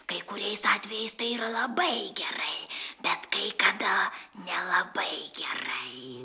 kai kuriais atvejais tai yra labai gerai bet kai kada nelabai gerai